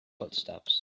footsteps